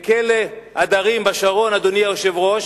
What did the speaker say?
בכלא "הדרים" בשרון, אדוני היושב-ראש,